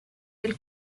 del